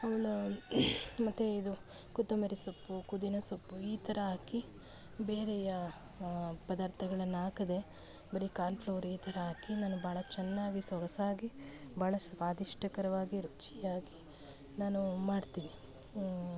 ಅವಳ ಮತ್ತೆ ಇದು ಕೊತ್ತಂಬರಿ ಸೊಪ್ಪು ಪುದಿನ ಸೊಪ್ಪು ಈ ಥರ ಹಾಕಿ ಬೇರೆಯ ಪದಾರ್ಥಗಳನ್ನ ಹಾಕದೆ ಬರೀ ಕಾನ್ ಫ್ಲೋರ್ ಈ ಥರ ಹಾಕಿ ನಾನು ಭಾಳ ಚೆನ್ನಾಗಿ ಸೊಗಸಾಗಿ ಭಾಳ ಸ್ವಾದಿಷ್ಟಕರವಾಗಿ ರುಚಿಯಾಗಿ ನಾನು ಮಾಡ್ತೀನಿ